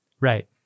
Right